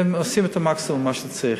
עושים את המקסימום שצריך.